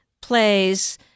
plays